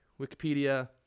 Wikipedia